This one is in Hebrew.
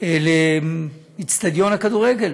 לאצטדיון הכדורגל